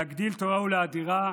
להגדיל תורה ולהאדירה,